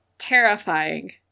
terrifying